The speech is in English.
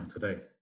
today